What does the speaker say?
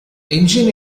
engine